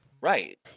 right